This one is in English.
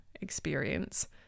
experience